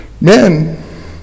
Men